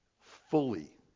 Fully